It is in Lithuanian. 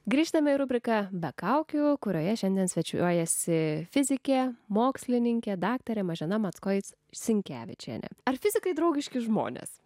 grįžtame į rubriką be kaukių kurioje šiandien svečiuojasi fizikė mokslininkė daktarė mašina mat kaip sinkevičienė ar fizikai draugiški žmonės